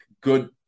good